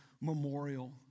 memorial